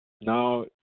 now